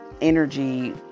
energy